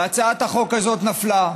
והצעת החוק הזאת נפלה.